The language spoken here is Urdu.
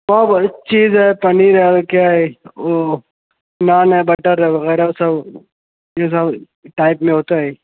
ہاں بھائی چیز ہے پنیر ہے کیا ہے وہ نان ہے بٹر ہے وغیرہ سب جیسا ٹائپ میں ہوتا ہے